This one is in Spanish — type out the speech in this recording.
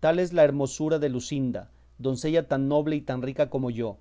tal es la hermosura de luscinda doncella tan noble y tan rica como yo